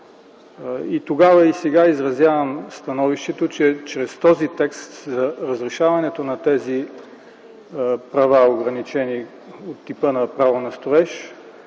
И тогава, и сега изразявам становището, че чрез този текст разрешаването на тези ограничени права от типа на право на строеж